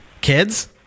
Kids